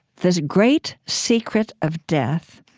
the great secret of death,